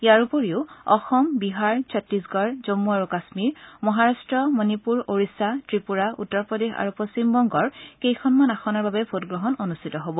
ইয়াৰ উপৰিও অসম বিহাৰ চিত্তিশগড় জন্মু আৰু কাশ্মীৰ মহাৰাট্ট মণিপুৰ ওৰিষ্যা ত্ৰিপুৰা উত্তৰ প্ৰদেশ আৰু পশ্চিম বংগৰ কেইখনমান আসমৰ বাবে ভোটগ্ৰহণ অনুষ্ঠিত হ'ব